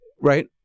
right